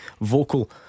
vocal